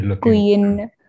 queen